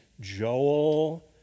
Joel